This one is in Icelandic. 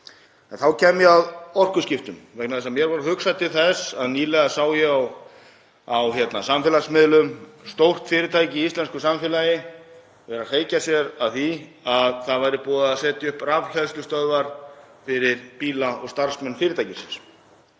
Þá kem ég að orkuskiptunum, vegna þess að mér varð hugsað til þess að nýlega sá ég á samfélagsmiðlum stórt fyrirtæki í íslensku samfélagi hreykja sér af því að það væri búið að setja upp rafhleðslustöðvar fyrir bíla og starfsmenn fyrirtækisins.